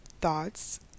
thoughts